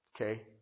Okay